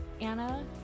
anna